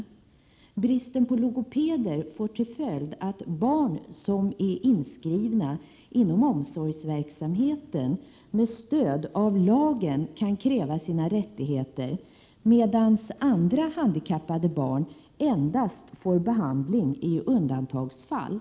Bristen på logopeder får till följd att barn som är inskrivna inom omsorgsverksamheten med stöd av lagen kan kräva sina rättigheter, medan andra handikappade barn får behandling endast i undantagsfall.